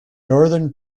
northern